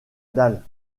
dalle